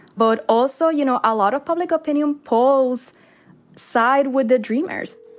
but also, you know, a lot of public opinion polls side with the dreamers.